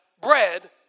bread